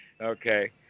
Okay